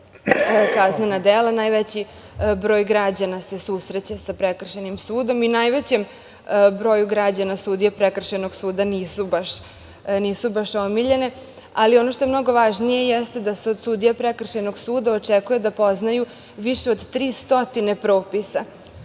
kaznena dela, najveći broj građana se susreće sa prekršajnim sudom i najvećem broju građana sudije prekršajnog suda nisu baš omiljene. Ono što je mnogo važnije jeste da se od sudija Prekršajnog suda očekuje da poznaju više od 300 propisa,